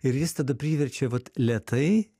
ir jis tada priverčia vat lėtai